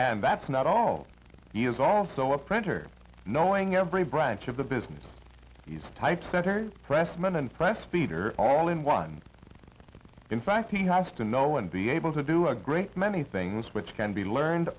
and that's not all he is also a printer knowing every branch of the business these types that are press men and press feeder all in one in fact he has to know and be able to do a great many things which can be learned